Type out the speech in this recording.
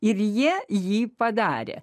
ir jie jį padarė